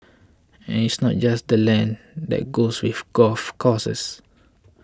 and it's not just the land that goes with golf courses